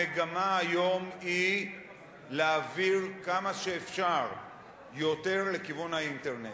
המגמה היום היא להעביר כמה שאפשר יותר לכיוון האינטרנט,